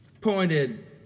pointed